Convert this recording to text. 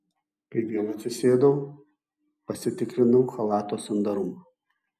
kai vėl atsisėdau pasitikrinau chalato sandarumą